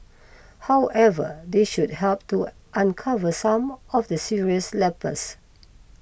however they should help to uncover some of the serious lapses